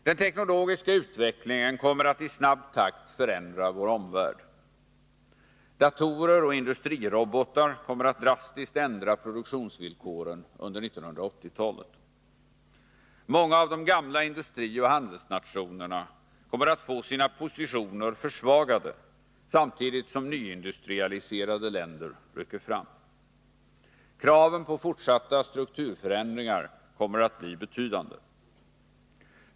Den teknologiska utvecklingen kommer att i snabb takt förändra vår omvärld. Datorer och industrirobotar kommer att drastiskt ändra produktionsvillkoren under 1980-talet. Många av de gamla industrioch handelsnationerna kommer att få sina positioner försvagade samtidigt som nyindustrialiserade länder rycker fram. Kraven på fortsatta strukturförändringar kommer att bli betydande.